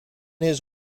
his